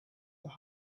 with